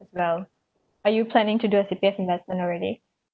as well are you planning to do a C_P_F investment already